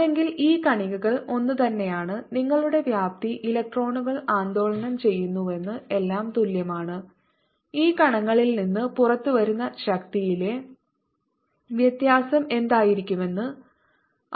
അല്ലെങ്കിൽ ഈ കണികകൾ ഒന്നുതന്നെയാണ് നിങ്ങളുടെ വ്യാപ്തി ഇലക്ട്രോണുകൾ ആന്ദോളനം ചെയ്യുന്നുവെന്നും എല്ലാം തുല്യമാണ് ഈ കണങ്ങളിൽ നിന്ന് പുറത്തുവരുന്ന ശക്തിയിലെ വ്യത്യാസം എന്തായിരിക്കുമെന്നും